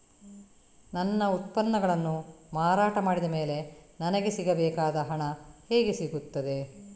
ನನ್ನ ಉತ್ಪನ್ನಗಳನ್ನು ಮಾರಾಟ ಮಾಡಿದ ಮೇಲೆ ನನಗೆ ಸಿಗಬೇಕಾದ ಹಣ ಹೇಗೆ ಸಿಗುತ್ತದೆ?